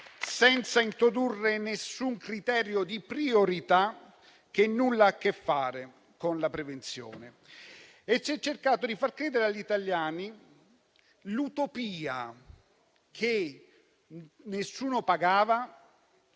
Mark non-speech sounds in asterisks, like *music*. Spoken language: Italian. senza introdurre alcun criterio di priorità, che nulla ha a che fare con la prevenzione. *applause* Si è cercato di far credere agli italiani l'utopia che nessuno pagava,